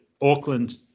Auckland